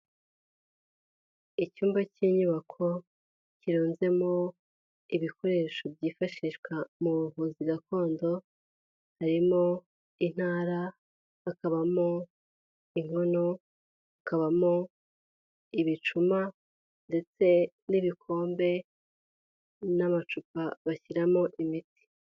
Icyumba cy'inyubako kirunzemo ibikoresho byifashishwa mu buvuzi gakondo, harimo intara, hakabamo inkono, hakabamo ibicuma ndetse n'ibikombe n'amacupa bashyiramo imiti.